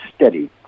steady